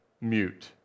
mute